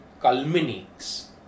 culminates